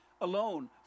alone